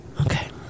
Okay